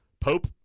Pope